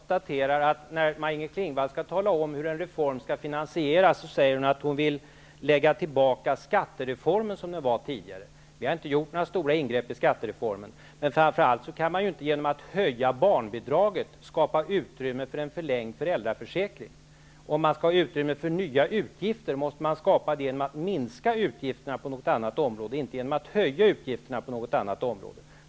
Herr talman! Jag bara konstaterar att när Maj Inger Klingvall skall tala om hur en reform skall finansieras säger hon att hon vill lägga tillbaka skattereformen som den var tidigare. Vi har inte gjort några stora ingrepp i skattereformen. Framför allt kan man inte genom att höja barnbidraget skapa utrymme för en förlängd föräldraförsäkring. Om man skall ha utrymme för nya utgifter, måste man skapa det genom att minska utgifterna på något annat område, inte genom att höja utgifterna på något annat område.